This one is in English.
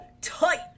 tight